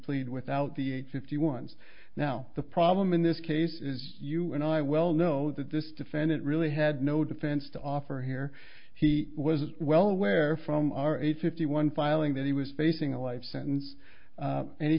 plead without the eight fifty wants now the problem in this case is you and i well know that this defendant really had no defense to offer here he was well aware from our eight fifty one filing that he was facing a life sentence and he